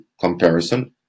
comparison